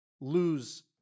lose